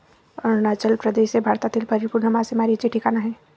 अरुणाचल प्रदेश हे भारतातील परिपूर्ण मासेमारीचे ठिकाण आहे